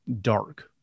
dark